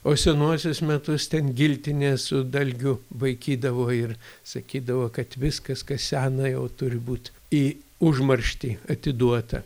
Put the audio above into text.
o senuosius metus ten giltinė su dalgiu vaikydavo ir sakydavo kad viskas kas sena jau turi būt į užmarštį atiduota